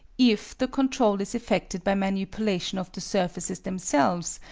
if the control is effected by manipulation of the surfaces themselves,